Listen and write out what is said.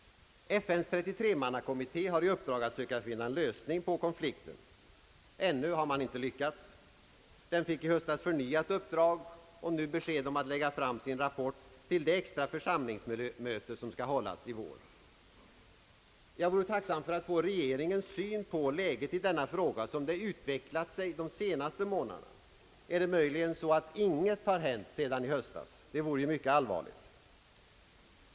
FN:s 33-mannakommitté har i uppdrag att söka finna en lösning på konflikten. Ännu har man inte lyckats. Kommittén fick i höstas förnyat uppdrag och besked om att lägga fram sin rapport till det extra församlingsmöte som skall hållas i vår. Jag vore tacksam för att få regeringens syn på läget i denna fråga som den utvecklat sig de senaste månaderna. Är det möjligen så att inget har hänt sedan i höstas? Det vore ju mycket allvarligt.